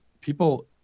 people